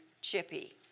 Chippy